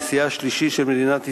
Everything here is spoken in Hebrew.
נשיאה השלישי של מדינת ישראל,